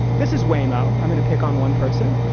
this is waymo, i'm gonna pick on one person,